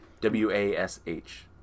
W-A-S-H